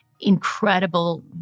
incredible